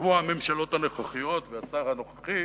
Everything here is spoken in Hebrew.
כמו הממשלות הנוכחיות והשר הנוכחי,